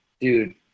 Dude